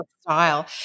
style